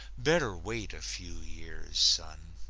better wait a few years, son.